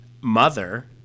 mother